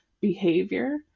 behavior